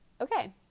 okay